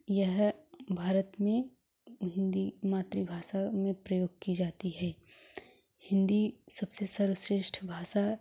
यह भारत में हिंदी मातृभाषा में प्रयोग की जाती है हिंदी सबसे सर्वश्रेष्ठ भाषा